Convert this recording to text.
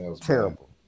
terrible